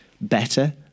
better